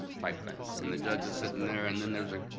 type thing, and the judge is sitting there, and then there's.